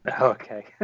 Okay